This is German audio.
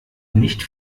nicht